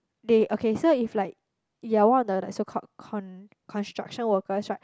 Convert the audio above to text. they okay so if like you're one of the like so called con~ construction workers right